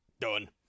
Done